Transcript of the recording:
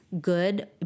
good